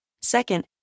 Second